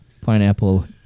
pineapple